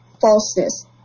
Falseness